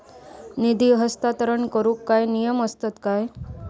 निधी हस्तांतरण करूक काय नियम असतत काय?